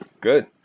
good